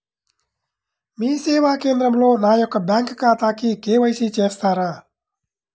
మీ సేవా కేంద్రంలో నా యొక్క బ్యాంకు ఖాతాకి కే.వై.సి చేస్తారా?